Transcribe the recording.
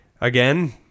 Again